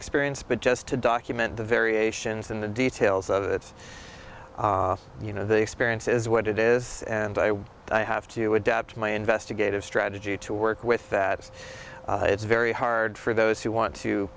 experience but just to document the variations in the details of its you know the experience is what it is and i have to adapt my investigative strategy to work with that it's very hard for those who want to